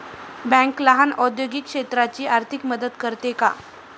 Bank लहान औद्योगिक क्षेत्राची आर्थिक मदत करते का?